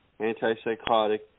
antipsychotic